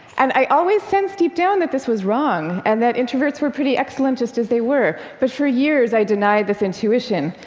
and i always, since deep down that this was wrong and that introverts were pretty excellent, just as they were for sure years, i deny this intuition.